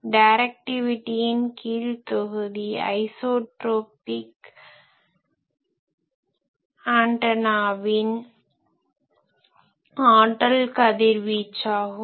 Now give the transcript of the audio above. டைரக்டிவிட்டியின் கீழ் தொகுதி isotropic isotropic சமதிருப்பத்துக்குரிய ஆன்டனாவின் ஆற்றல் கதிர்வீச்சாகும்